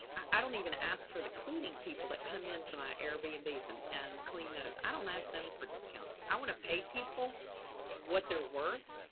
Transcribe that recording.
i don't even ask for the cleaning people that come into my airbnb and and and clean those. i don't ask them for discounts. i want to pay people what they're worth.